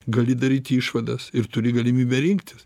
gali daryt išvadas ir turi galimybę rinktis